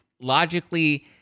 logically